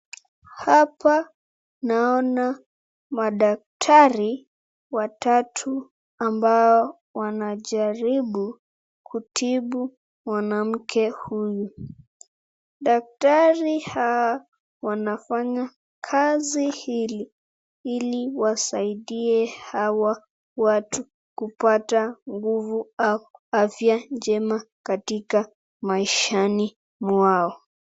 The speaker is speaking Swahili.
Hapa naona madaktari watatu ambao wanajaribu kutibu mwanamke huyu. Daktari hao wanafanya kazi hili, Ili wasaidie hawa watu kupata nguvu au afya njema katika maishani mwao.